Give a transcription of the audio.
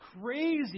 Crazy